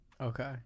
Okay